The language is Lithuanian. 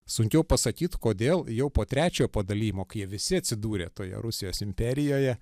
sunkiau pasakyt kodėl jau po trečiojo padalijimo kai jie visi atsidūrė toje rusijos imperijoje